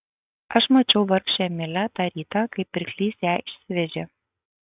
aš mačiau vargšę emilę tą rytą kai pirklys ją išsivežė